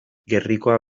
gerrikoa